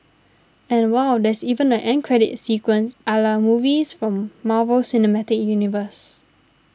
and wow there's even an end credit sequence a la movies from Marvel cinematic universe